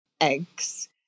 eggs